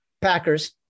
packers